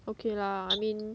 okay lah I mean